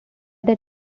that